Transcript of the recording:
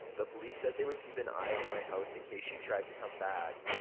the police said they would keep an eye on my house in case she tried to come back.